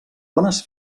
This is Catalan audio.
bones